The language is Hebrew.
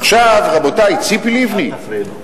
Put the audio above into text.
עכשיו, רבותי, ציפי לבני, אל תפריעי לו.